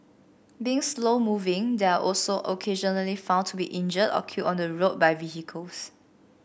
being slow moving they are also occasionally found to be injured or killed on the road by vehicles